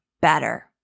better